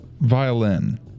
Violin